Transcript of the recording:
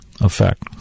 effect